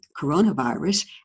coronavirus